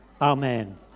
Amen